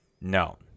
No